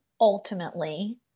Ultimately